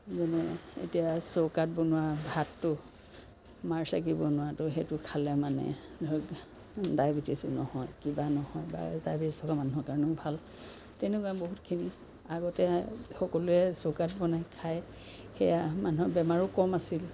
যেনে এতিয়া চৌকাত বনোৱা ভাতটো মাৰ চাকি বনোৱাটো সেইটো খালে মানে ধৰক ডায়েবেটিছো নহয় কিবা নহয় ডায়েবেটিছ থকা মানুহৰ কাৰণেও ভাল তেনেকুৱা বহুতখিনি আগতে সকলোৱে চৌকাত বনাই খায় সেয়া মানুহৰ বেমাৰো কম আছিল